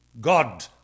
God